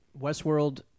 Westworld